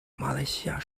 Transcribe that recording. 马来西亚